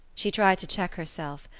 she tried to check herself,